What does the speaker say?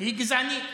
היא גזענית.